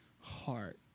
heart